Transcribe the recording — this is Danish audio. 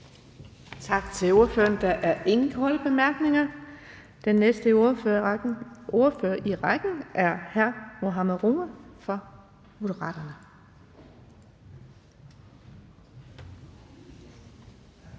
Tak til ordføreren. Der er ingen korte bemærkninger. Den næste ordfører i rækken er hr. Serdal Benli fra